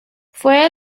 fue